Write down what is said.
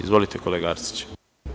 Izvolite, kolega Arsiću.